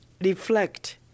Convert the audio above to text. reflect